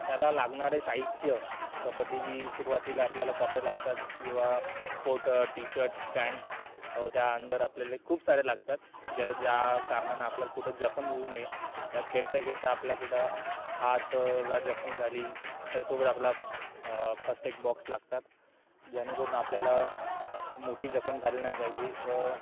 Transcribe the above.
याला लागणारे साहित्य कबड्डी सुरवातीला आपल्याला कपडे लागतात किंवा स्पोर्ट टीशर्ट पॅन्ट्स त्या अंदर आपल्याला खूप सारे लागतात ज्यात ज्या कारणानं आपल्याला कुठे जखम होऊ नये या खेळता खेळता आपल्या कुठं हातला जखम झाली त्याच्यासोबत आपला फस्ट एग बॉक्स लागतात जेणेकरून आपल्याला मोठी जखम झाली नाही पाहिजे व